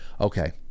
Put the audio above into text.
okay